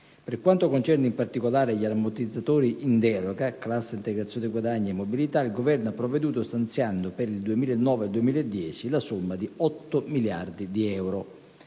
Per quanto concerne in particolare gli ammortizzatori in deroga (cassa integrazione guadagni e mobilità), il Governo ha provveduto stanziando per il 2009-2010 la somma di 8 miliardi di euro.